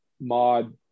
mod